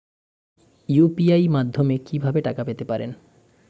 UPI মাধ্যমে কি ভাবে টাকা পেতে পারেন?